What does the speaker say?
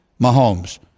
Mahomes